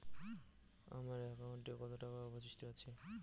আমার একাউন্টে কত টাকা অবশিষ্ট আছে?